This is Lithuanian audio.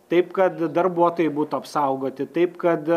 taip kad darbuotojai būtų apsaugoti taip kad